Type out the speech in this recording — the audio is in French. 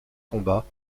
combats